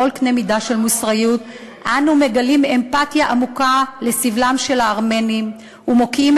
בכל קנה מידה של מוסריות אנו מגלים אמפתיה עמוקה לסבלם של הארמנים ומוקיעים